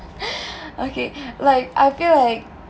okay like I feel like